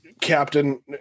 captain